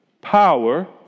power